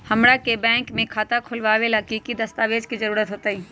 हमरा के बैंक में खाता खोलबाबे ला की की दस्तावेज के जरूरत होतई?